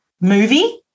movie